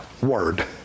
Word